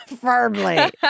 Firmly